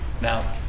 Now